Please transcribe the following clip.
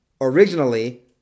originally